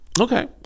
Okay